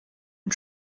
une